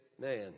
man